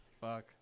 Fuck